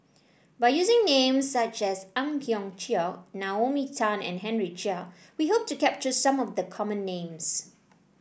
by using names such as Ang Hiong Chiok Naomi Tan and Henry Chia we hope to capture some of the common names